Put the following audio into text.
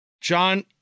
John